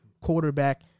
quarterback